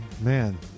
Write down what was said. man